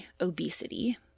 obesity